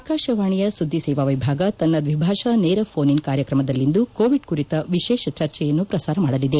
ಆಕಾಶವಾಣಿಯ ಸುದ್ದಿ ಸೇವಾ ವಿಭಾಗ ತನ್ನ ದ್ವಿಭಾಷಾ ನೇರ ಫೋನ್ ಇನ್ ಕಾರ್ಯಕ್ರಮದಲ್ಲಿಂದು ಕೋವಿಡ್ ಕುರಿತ ವಿಶೇಷ ಚರ್ಚೆಯನ್ನು ಶ್ರಸಾರ ಮಾಡಲಿದೆ